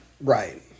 Right